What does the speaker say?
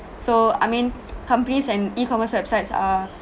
so I mean companies and e-commerce websites are